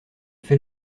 fait